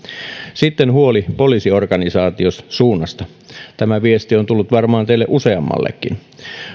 sitten huoli poliisiorganisaation suunnasta tämä viesti on tullut varmaan teistä useammallekin